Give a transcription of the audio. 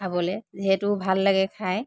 খাবলৈ যিহেতু ভাল লাগে খাই